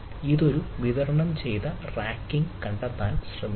ഇത് ഒരു വിതരണം ചെയ്ത റാക്കിംഗ് കണ്ടെത്താൻ ശ്രമിക്കുന്നു